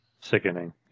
Sickening